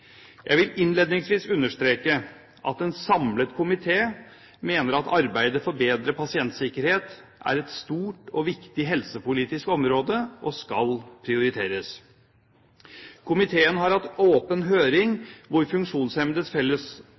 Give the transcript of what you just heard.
Jeg vil innledningsvis understreke at en samlet komité mener at arbeidet for bedre pasientsikkerhet er et stort og viktig helsepolitisk område og skal prioriteres. Komiteen har hatt åpen høring, hvor Funksjonshemmedes